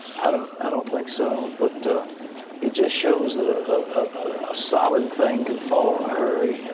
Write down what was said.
i don't i don't think so. but ah it just shows that ah a solid thing could fall in a hurry.